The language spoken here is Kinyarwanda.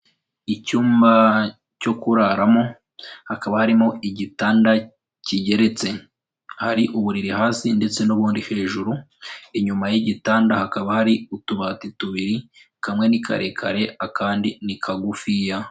Icyumba cyo kuraramo hakaba harimo igitanda kigeretse, hari uburiri hasi ndetse n'ubundi hejuru, inyuma y'igitanda hakaba hari utubati tubiri kamwe ni karekare akandi ni kagufiya.